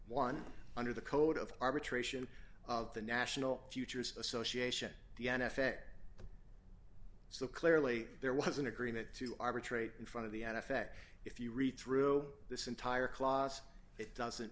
one under the code of arbitration of the national futures association the n f l so clearly there was an agreement to arbitrate in front of the an effect if you read through this entire clause it doesn't